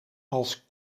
als